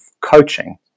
coaching